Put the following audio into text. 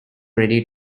ready